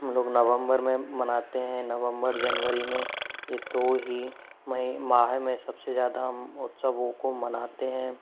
हम लोग नवंबर में मनाते हैं नवंबर जनवरी में ये दो ही मई माह में सबसे ज़्यादा उत्सवों को मानते हैं